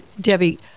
debbie